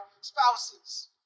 spouses